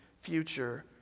future